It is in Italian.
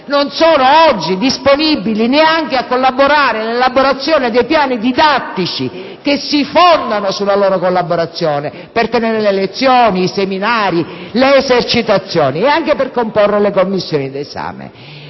non sono oggi disponibili neanche a collaborare all'elaborazione dei piani didattici, che si fondano sulla loro collaborazione per tenere le lezioni, i seminari, le esercitazioni e anche per comporre le commissioni d'esame.